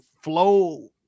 flow